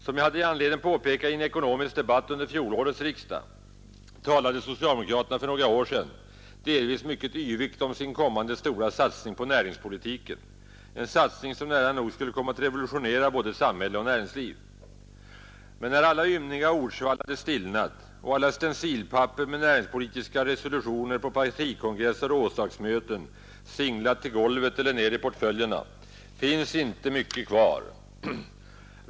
Som jag hade anledning påpeka i en ekonomisk debatt under fjolårets riksdag talade socialdemokraterna för några år sedan delvis mycket yvigt om sin kommande stora satsning på näringspolitiken, en satsning som nära nog skulle komma att revolutionera både samhälle och näringsliv. Men när alla ymniga ordsvall hade stillnat och alla stencilpapper med näringspolitiska resolutioner på partikongress och rådslagsmöten singlat till golvet eller ner i portföljerna finns icke mycket kvar.